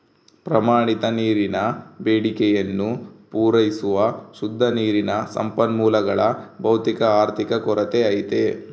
ಪ್ರಮಾಣಿತ ನೀರಿನ ಬೇಡಿಕೆಯನ್ನು ಪೂರೈಸುವ ಶುದ್ಧ ನೀರಿನ ಸಂಪನ್ಮೂಲಗಳ ಭೌತಿಕ ಆರ್ಥಿಕ ಕೊರತೆ ಐತೆ